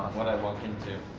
i walk in to?